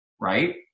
right